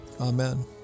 amen